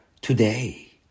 today